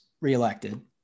reelected